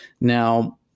now